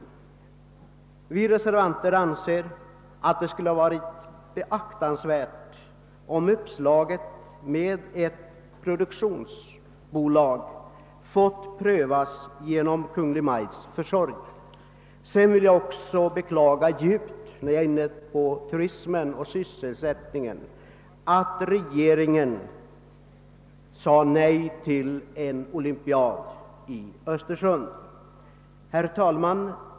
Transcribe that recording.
Vi som står bakom reservationen 5 anser att det hade varit värdefullt om uppslaget med ett turistproduktionsbolag fått prövas genom Kungl. Maj:ts försorg. Och när jag är inne på turismen och sysselsättningen vill jag djupt beklaga att regeringen sade nej till en olympiad i Östersund. Herr talman!